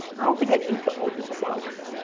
i don't think i need to open the books,